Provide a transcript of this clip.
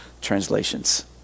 translations